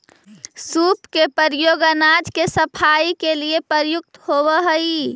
सूप के प्रयोग अनाज के सफाई के लिए प्रयुक्त होवऽ हई